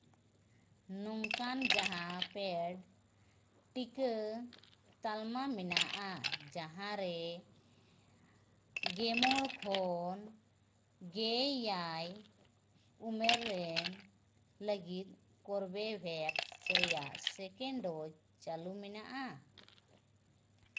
ᱱᱚᱝᱠᱟᱱ ᱡᱟᱦᱟᱸ ᱯᱮᱰ ᱴᱤᱠᱟᱹ ᱛᱟᱞᱢᱟ ᱢᱮᱱᱟᱜᱼᱟ ᱡᱟᱦᱟᱸ ᱨᱮ ᱜᱮ ᱢᱚᱬ ᱠᱷᱚᱱ ᱜᱮ ᱮᱭᱟᱭ ᱩᱢᱮᱨ ᱨᱮᱱ ᱞᱟᱹᱜᱤᱫ ᱠᱚᱨᱵᱮᱵᱷᱮᱠᱥ ᱨᱮᱭᱟᱜ ᱥᱮᱠᱮᱱᱰ ᱰᱳᱡᱽ ᱪᱟᱹᱞᱩ ᱢᱮᱱᱟᱜᱼᱟ